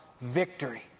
victory